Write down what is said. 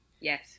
Yes